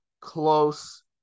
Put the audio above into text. close